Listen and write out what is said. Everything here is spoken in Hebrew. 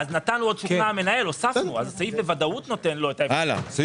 הוספנו עכשיו גם "אם